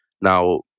Now